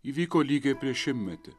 įvyko lygiai prieš šimtmetį